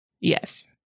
Yes